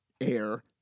air